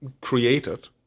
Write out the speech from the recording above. created